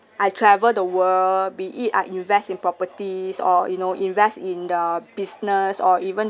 I travel the world be it I invest in properties or you know invest in the business or even